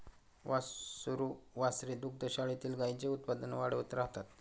वासरू वासरे दुग्धशाळेतील गाईंचे उत्पादन वाढवत राहतात